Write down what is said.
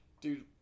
dude